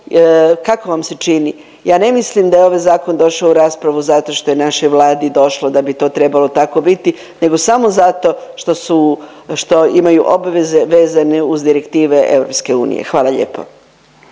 kako vam se čini? Ja ne mislim da je ovaj zakon došao u raspravu zato što je našoj Vladi došlo da bi to trebalo tako biti, nego samo zato što imaju obveze vezane uz direktive EU. Hvala lijepo.